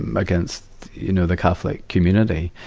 against you know the catholic community.